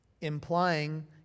implying